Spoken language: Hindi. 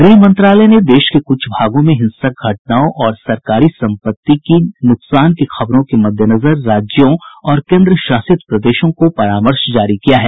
गृह मंत्रालय ने देश के कुछ भागों में हिंसक घटनाओं और सरकारी सम्पत्ति को नुकसान की खबरों के मद्देनजर राज्यों और केन्द्रशासित प्रदेशों को परामर्श जारी किया है